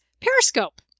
Periscope